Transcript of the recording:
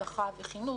רווחה וחינוך.